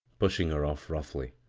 pushing her off roughly.